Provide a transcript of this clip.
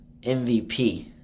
MVP